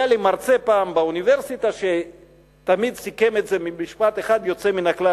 היה לי פעם מרצה באוניברסיטה שתמיד סיכם את זה במשפט אחד יוצא מן הכלל,